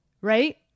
Right